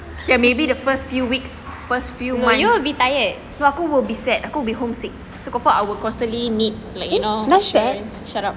ya maybe the first few weeks first few months no aku will be sad aku will be homesick so confirm I will constantly need like you know shut up